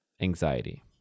anxiety